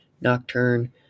Nocturne